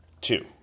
Two